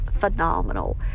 phenomenal